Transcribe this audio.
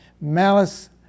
Malice